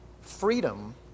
freedom